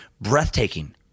Breathtaking